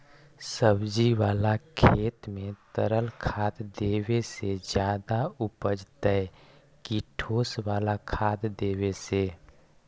सब्जी बाला खेत में तरल खाद देवे से ज्यादा उपजतै कि ठोस वाला खाद देवे से?